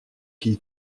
qui